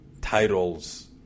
titles